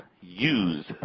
use